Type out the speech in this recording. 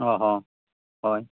ᱚᱼᱦᱚ ᱦᱚᱭ